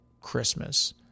Christmas